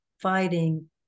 fighting